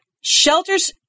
shelters